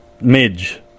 Midge